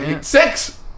Six